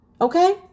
Okay